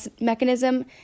mechanism